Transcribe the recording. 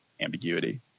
ambiguity